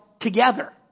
together